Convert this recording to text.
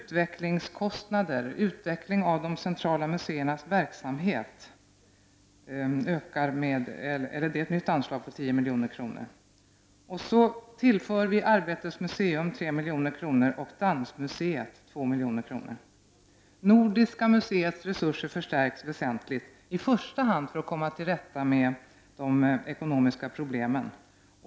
För utveckling av de centrala museernas verksamhet inrättas ett nytt anslag om 10 milj.kr. Arbetets museum tillförs ytterligare 3 milj.kr. och Dansmuseet 2 milj.kr. Nordiska museets resurser förstärks väsentligt, i första hand för att museet skall kunna komma till rätta med sina ekonomiska problem.